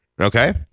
okay